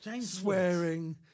swearing